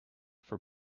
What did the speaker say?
for